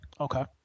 Okay